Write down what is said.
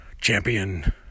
champion